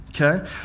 Okay